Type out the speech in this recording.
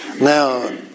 Now